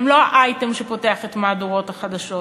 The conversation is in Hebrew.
הן לא האייטם שפותח את מהדורות החדשות.